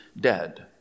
dead